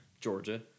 Georgia